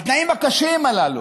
בתנאים הקשים הללו.